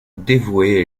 dévoué